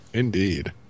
Indeed